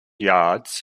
yards